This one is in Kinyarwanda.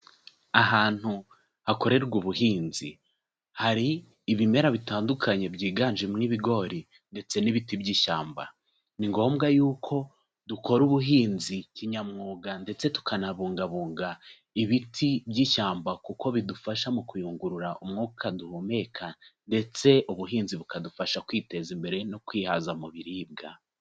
ahantu hakorerwa ubuhinzi hari ibimera bitandukanye byiganjemo ibigori ndetse n'ibiti by'ishyamba ni ngombwa yuko dukora ubuhinzi kinyamwuga ndetse tukanabungabunga ibiti by'ishyamba kuko bidufasha mu kuyungurura umwuka duhumeka ndetse ubuhinzi bukadufasha kwiteza imbere no kwihaza mu biribwa